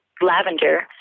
Lavender